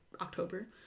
October